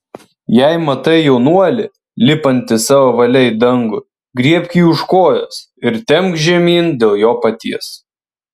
jei matai jaunuolį lipantį savo valia į dangų griebk jį už kojos ir temk žemyn dėl jo paties